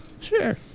Sure